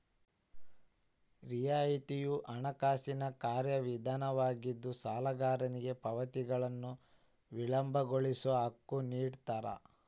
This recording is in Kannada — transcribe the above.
ರಿಯಾಯಿತಿಯು ಹಣಕಾಸಿನ ಕಾರ್ಯವಿಧಾನವಾಗಿದ್ದು ಸಾಲಗಾರನಿಗೆ ಪಾವತಿಗಳನ್ನು ವಿಳಂಬಗೊಳಿಸೋ ಹಕ್ಕು ನಿಡ್ತಾರ